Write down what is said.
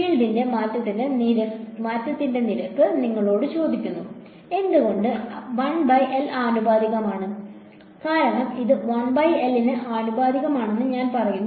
ഫീൽഡിന്റെ മാറ്റത്തിന്റെ നിരക്ക് ഞാൻ നിങ്ങളോട് ചോദിക്കുന്നു എന്തുകൊണ്ട് 1L ആനുപാതികമാണ് കാരണം ഇത് 1L ന് ആനുപാതികമാണെന്ന് ഞാൻ പറയുന്നു